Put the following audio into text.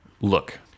look